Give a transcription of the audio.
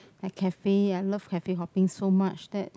at cafe I love cafe hopping so much that